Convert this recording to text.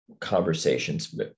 conversations